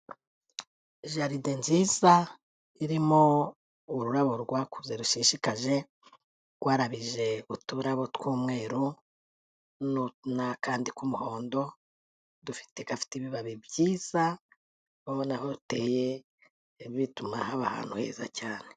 Ijaride nziza irimo ururabo rwakuze rushishikaje, rwarabije uturabo tw'umweru n'akandi k'umuhondo, gafite ibibabi byiza, ubona aho ruteye, ibi bituma haba ahantu heza cyane.